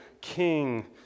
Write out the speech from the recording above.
king